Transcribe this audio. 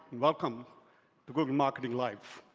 welcome to google marketing live.